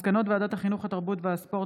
מסקנות ועדת החינוך, התרבות והספורט